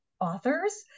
authors